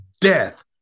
death